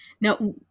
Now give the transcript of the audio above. Now